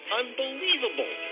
unbelievable